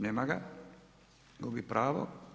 Nema ga, gubi pravo.